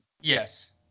Yes